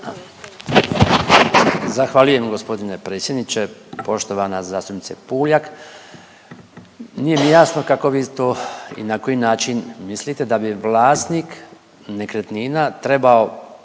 Zahvaljujem gospodine predsjedniče. Poštovana zastupnice Puljak, nije mi jasno kako vi to i na koji način mislite da bi vlasnik nekretnina trebao